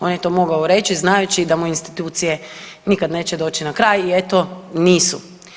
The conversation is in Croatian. On je to mogao reći znajući da mu institucije nikad neće doći na kraj i eto nisu.